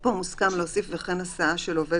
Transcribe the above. פה מוסכם להוסיף "וכן הסעה של עובד